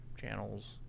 channels